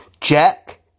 Jack